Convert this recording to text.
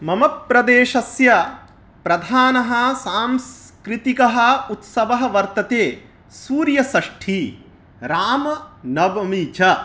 मम प्रदेशस्य प्रधानः सांस्कृतिकः उत्सवः वर्तते सूर्यषष्ठिः रामनवमी च